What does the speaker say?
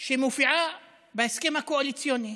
שמופיעה בהסכם הקואליציוני,